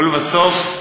ולבסוף,